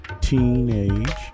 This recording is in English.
Teenage